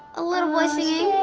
a little boy singing.